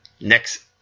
next